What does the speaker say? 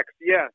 yes